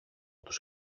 τους